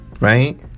Right